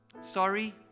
Sorry